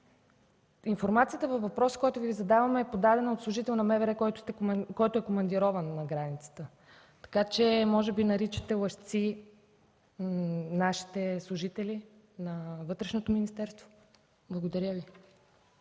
Информацията във въпроса, който Ви задавам, е подадена от служител на МВР, който е командирован на границата. Така че може би наричате лъжци нашите служители на Вътрешното министерство? Благодаря.